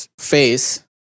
face